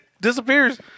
disappears